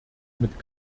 mit